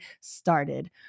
started